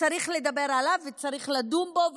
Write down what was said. וצריך לדבר עליו וצריך לדון בו,